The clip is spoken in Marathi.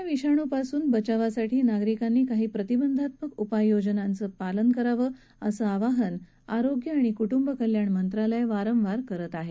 कोरोना विषाणूपासून बचावासाठी नागरिकांनी काही प्रतिबंधात्मक उपाययोजनांचं पालन करावं असं आवाहन आरोग्य आणि कु वि कल्याण मंत्रालय वारंवार करत आहे